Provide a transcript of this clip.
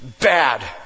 bad